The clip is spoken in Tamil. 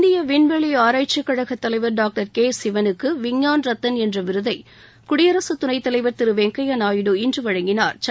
இந்திய வின்வெளி ஆராய்ச்சி கழகத் தலைவர் டாக்டர் கே சிவனுக்கு விஞ்ஞான் ரத்தன் என்ற விருதை குடியரசுத் துணைத் தலைவா் திரு வெங்கையா நாயுடு இன்று வழங்கினாா்